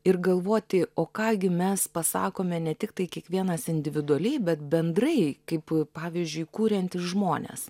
ir galvoti o ką gi mes pasakome ne tiktai kiekvienas individualiai bet bendrai kaip pavyzdžiui kuriantys žmonės